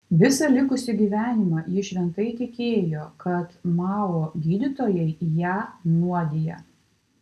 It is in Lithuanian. visą likusį gyvenimą ji šventai tikėjo kad mao gydytojai ją nuodija